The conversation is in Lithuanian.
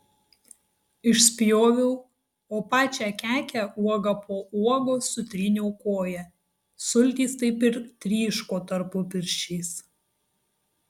išspjoviau o pačią kekę uoga po uogos sutryniau koja sultys taip ir tryško tarpupirščiais